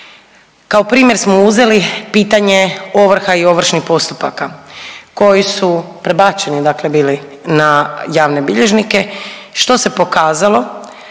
Kao primjer smo uzeli pitanje ovrha i ovršnih postupaka koji su prebačeni dakle bili na javne bilježnike što se pokazalo